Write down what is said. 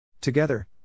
Together